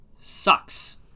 sucks